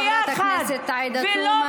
חברת הכנסת עאידה תומא סלימאן.